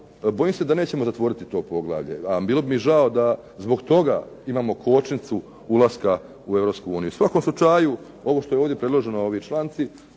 bojim se da nećemo zatvoriti to poglavlje, a bilo bi mi žao da zbog toga imamo kočnicu ulaska u EU. U svakom slučaju ovo što je ovdje predloženo, ovi članci,